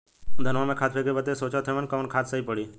धनवा में खाद फेंके बदे सोचत हैन कवन खाद सही पड़े?